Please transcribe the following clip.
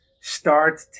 start